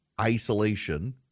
isolation